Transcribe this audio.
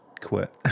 quit